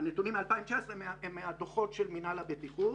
מ-2019 הם מהדוחות של מינהל הבטיחות.